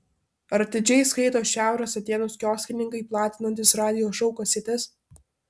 ar atidžiai skaito šiaurės atėnus kioskininkai platinantys radijo šou kasetes